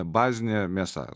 bazinė mėsa